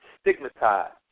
Stigmatized